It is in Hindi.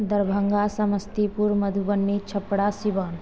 दरभंगा समस्तीपुर मधुबनी छपरा सिवान